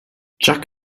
jack